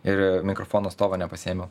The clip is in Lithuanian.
ir mikrofono stovo nepasiėmiau